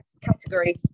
category